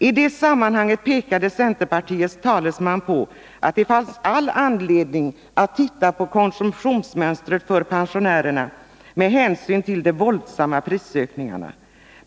I det sammanhanget pekade centerpartiets talesman på att det fanns all anledning att titta på konsumtionsmönstret för pensionärerna med hänsyn till de våldsamma prisökningarna.